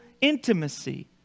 intimacy